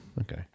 Okay